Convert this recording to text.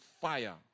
fire